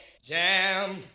Jam